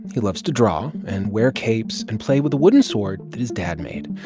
he loves to draw and wear capes and play with a wooden sword that his dad made.